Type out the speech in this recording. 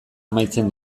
amaitzen